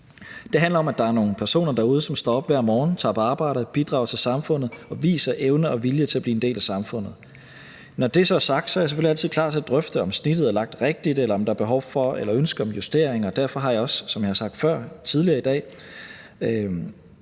Det handler om, at der er nogle personer derude, som står op hver morgen, tager på arbejde og bidrager til samfundet og viser evne og vilje til at blive en del af samfundet. Når det så er sagt, er jeg selvfølgelig altid klar til at drøfte, om snittet er lagt rigtigt, eller om der er behov for eller ønske om justeringer. Og derfor har jeg også – som jeg har sagt tidligere i dag